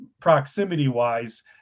proximity-wise –